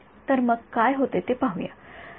तर मग काय होते ते पाहूया